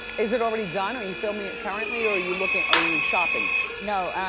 is it already done, are you filming it currently, or are you looking, are you shopping it? no,